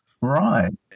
right